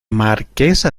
marquesa